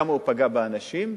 כמה היא פגעה באנשים,